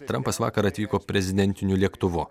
trampas vakar atvyko prezidentiniu lėktuvu